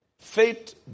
Faith